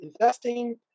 investing